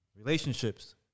Relationships